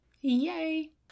Yay